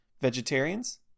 Vegetarians